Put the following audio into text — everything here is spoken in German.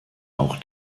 auch